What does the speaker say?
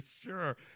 sure